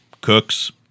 Cooks